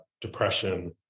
depression